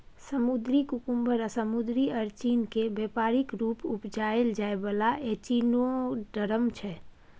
समुद्री कुकुम्बर आ समुद्री अरचिन केँ बेपारिक रुप उपजाएल जाइ बला एचिनोडर्म छै